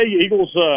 Eagles